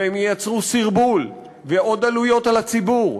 והם ייצרו סרבול ועוד עלויות על הציבור.